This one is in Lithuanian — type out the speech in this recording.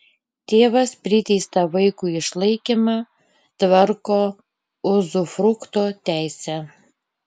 tėvas priteistą vaikui išlaikymą tvarko uzufrukto teise